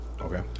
Okay